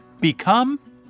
become